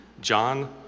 John